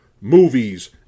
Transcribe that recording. movies